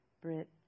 Brit